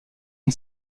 une